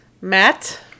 Matt